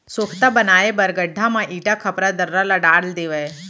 सोख्ता बनाए बर गड्ढ़ा म इटा, खपरा, दर्रा ल डाल देवय